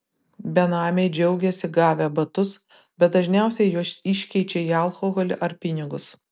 benamiai džiaugiasi gavę batus bet dažniausiai juos iškeičia į alkoholį ar pinigus